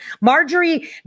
Marjorie